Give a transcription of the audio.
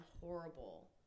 horrible